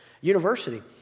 university